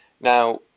now